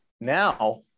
Now